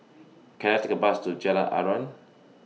Can I Take A Bus to Jalan Aruan